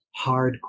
hardcore